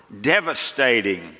devastating